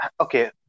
Okay